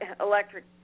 electric